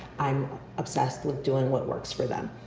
i'm obsessed with doing what works for them.